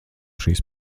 šīs